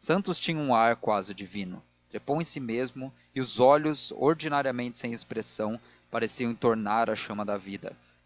santos tinha um ar quase divino trepou em si mesmo e os olhos ordinariamente sem expressão pareciam entornar a chama da vida